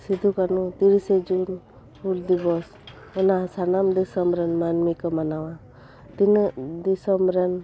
ᱥᱤᱫᱩ ᱠᱟᱹᱱᱩ ᱛᱤᱨᱤᱥᱮ ᱡᱩᱱ ᱦᱩᱞ ᱫᱤᱵᱚᱥ ᱚᱱᱟ ᱥᱟᱱᱟᱢ ᱫᱤᱥᱟᱹᱢ ᱨᱮᱱ ᱢᱟᱹᱱᱢᱤᱠᱩ ᱢᱟᱱᱟᱣᱟ ᱛᱤᱱᱟᱹᱜ ᱫᱤᱥᱟᱹᱢ ᱨᱮᱱ